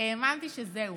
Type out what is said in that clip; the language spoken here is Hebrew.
האמנתי שזהו,